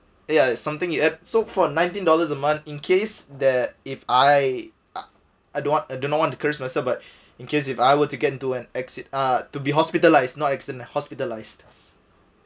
ya it's something you have so for nineteen dollars a month in case that if I I don't want I do not want to curse myself but in case if I were to get into and acci~ uh to be hospitalised not accident and hospitalised